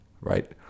right